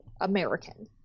american